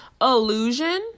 illusion